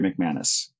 McManus